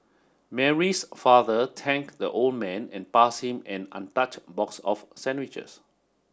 Mary's father thanked the old man and pass him an untouched box of sandwiches